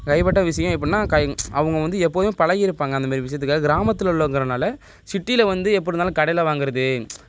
கைபட்ட விசியம் எப்பிடின்னா கை அவங்க வந்து எப்போதுமே பழகியிருப்பாங்க அந்தமாரி விஷயத்துக்காக கிராமத்தில் உள்ளவங்கிறனால சிட்டியில வந்து எப்படி இருந்தாலும் கடையில் வாங்குறது